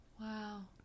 Wow